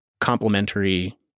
complementary